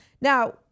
Now